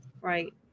Right